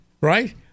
right